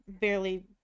barely